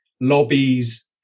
lobbies